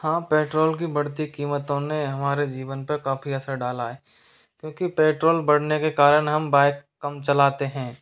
हाँ पेट्रोल की बढ़ती कीमतों ने हमारे जीवन पे काफ़ी असर डाला है क्योंकि पेट्रोल बढ़ने के कारण हम बाइक कम चलाते हैं